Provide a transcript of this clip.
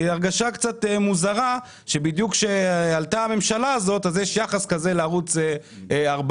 זאת הרגשה קצת מוזרה שבדיוק כשעלתה הממשלה הזאת יש יחס כזה לערוץ 14,